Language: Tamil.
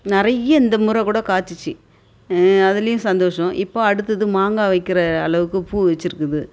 நிறைய இந்த முறை கூட காய்ச்சிச்சி அதுலேயும் சந்தோஷம் இப்போது அடுத்தது மாங்காய் வைக்கிற அளவுக்கு பூ வைச்சிருக்குது